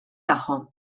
tagħhom